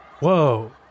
Whoa